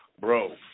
bro